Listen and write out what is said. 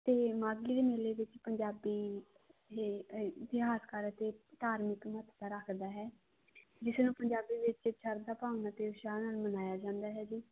ਤੇ ਮਾਘੀ ਦੇ ਮੇਲੇ ਵਿੱਚ ਪੰਜਾਬੀ ਇਤਿਹਾਸਕਾਰ ਅਤੇ ਧਾਰਮਿਕ ਮਹੱਤਤਾ ਰੱਖਦਾ ਹੈ ਲੇਕਿਨ ਪੰਜਾਬੀ ਵਿੱਚ ਸ਼ਰਧਾ ਭਾਵਨਾ ਤੇ ਉਤਸ਼ਾਹ ਨਾਲ ਮਨਾਇਆ ਜਾਂਦਾ ਹੈ ਜੀ